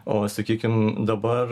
o sakykim dabar